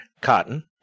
Cotton